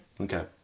okay